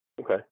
Okay